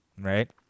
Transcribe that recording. right